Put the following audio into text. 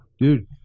Dude